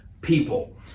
people